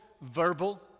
verbal